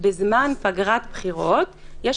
אבל יש הבדל בין עובד של ועדת הבחירות לאחרים.